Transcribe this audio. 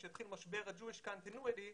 עת התחיל משבר הג'ואיש קונטינויטי,